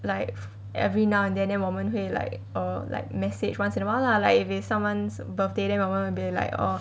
like every now and then then 我们会 like orh like message once in awhile lah like if it's someone's birthday then 我们 will be like orh